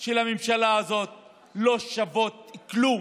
של הממשלה הזאת לא שוות כלום.